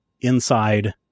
inside